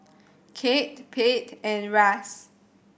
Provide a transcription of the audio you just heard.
Kate Pate and Russ